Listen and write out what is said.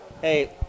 Hey